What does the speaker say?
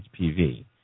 HPV